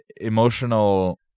emotional